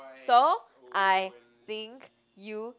so I think you